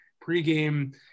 Pre-game